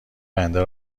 آینده